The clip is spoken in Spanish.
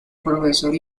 profesor